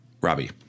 Robbie